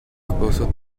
also